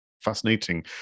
fascinating